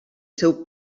seu